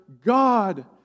God